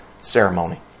ceremony